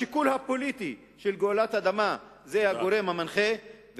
השיקול הפוליטי של גאולת אדמה זה הגורם המנחה.